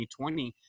2020